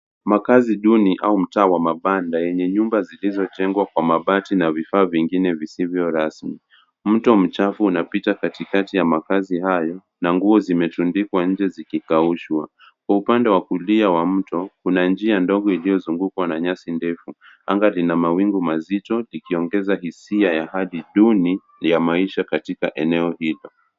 Makazi duni au mtaa wa mabanda yenye nyumba zilizojengwa kwa mabati na vifaa vingine visivyo rasmi. Mto mchafu unapita katikati ya makazi hayo, na nguo zimetundikiwa nje zikikaushwa. Kwa upande wa kulia wa mto kuna njia ndogo iliyozungukwa na nyasi ndefu. Anga lina mawingu mazito likiongeza hisia ya hali duni ya maisha katika eneo hilo.